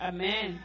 Amen